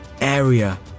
area